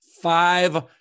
five